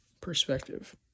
perspective